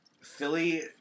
Philly